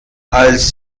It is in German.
als